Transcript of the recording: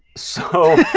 so.